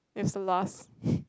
that's the last